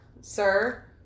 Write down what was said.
sir